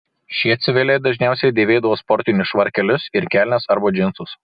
šie civiliai dažniausiai dėvėdavo sportinius švarkelius ir kelnes arba džinsus